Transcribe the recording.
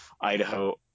idaho